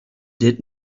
did